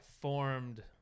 formed